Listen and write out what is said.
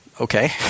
Okay